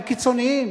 הם קיצונים.